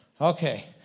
Okay